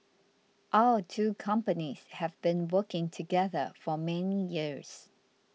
our two companies have been working together for many years